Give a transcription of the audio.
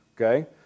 okay